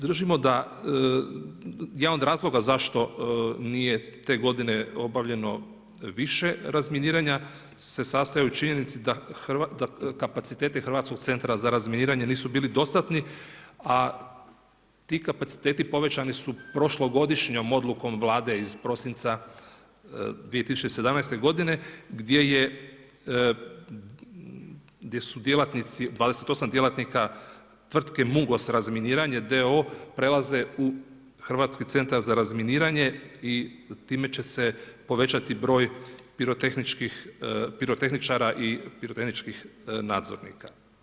Držimo da jedan od razloga zašto nije te godine obavljeno više razminiranja se sastoji u činjenici da kapaciteti Hrvatskog centra za razminiranje nisu bili dostatni, a ti kapaciteti povećani su prošlogodišnjom odlukom Vlade iz prosinca 2017. godine gdje su 28 djelatnika tvrtke Mungos razminiranje d.o.o. prelaze u Hrvatski centar za razminiranje i time će se povećati broj pirotehničara i pirotehničkih nadzornika.